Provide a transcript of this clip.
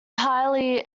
highly